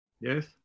Yes